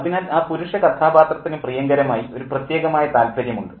അതിനാൽ ആ പുരുഷ കഥാപാത്രത്തിന് പ്രിയങ്കരമായി ഒരു പ്രത്യേകമായ താല്പര്യമുണ്ട്